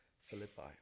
Philippi